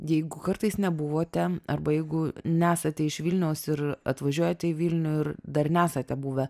jeigu kartais nebuvote arba jeigu nesate iš vilniaus ir atvažiuojate į vilnių ir dar nesate buvę